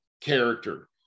character